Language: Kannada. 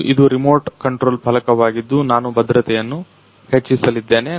ಮತ್ತು ಇದು ರಿಮೋಟ್ ಕಂಟ್ರೋಲ್ ಫಲಕವಾಗಿದ್ದು ನಾನು ಭದ್ರತೆಯನ್ನು ಹೆಚ್ಚಿಸಲಿದ್ದೇನೆ